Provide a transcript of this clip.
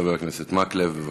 חבר הכנסת מקלב, בבקשה.